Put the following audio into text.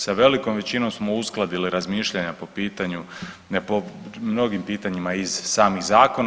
Sa velikom većinom smo uskladili razmišljanja po pitanju, po mnogim pitanjima iz samih zakona.